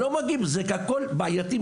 הכול בעייתי.